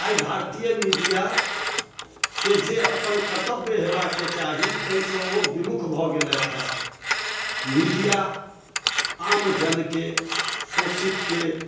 आइ भारतीय मीडिआके जे अपन कर्तव्य होयबाके चाही ताहिसंँ ओ विमुख भऽ गेलथि हँ मीडिआ आम जनके शोषितके